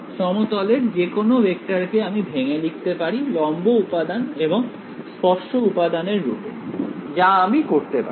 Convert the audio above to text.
সমতলের যেকোনো ভেক্টরকে আমি ভেঙে লিখতে পারি লম্ব উপাদান এবং স্পর্শক উপাদান এর রূপে যা আমি করতে পারি